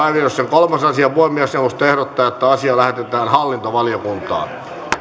kolmas asia puhemiesneuvosto ehdottaa että asia lähetetään hallintovaliokuntaan